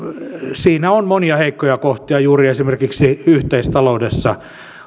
siinä on monia heikkoja kohtia juuri esimerkiksi yhteistaloudessa